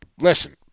Listen